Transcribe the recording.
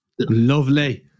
lovely